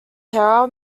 terra